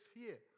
fear